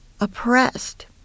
oppressed